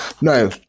No